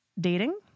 dating